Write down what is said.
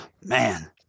man